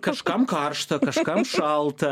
kažkam karšta kažkam šalta